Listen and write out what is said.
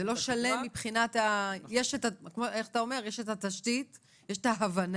זה לא שלם, יש את התשתית, יש את ההבנה,